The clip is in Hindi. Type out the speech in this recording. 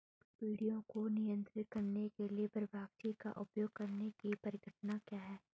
पीड़कों को नियंत्रित करने के लिए परभक्षी का उपयोग करने की परिघटना क्या है?